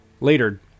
Later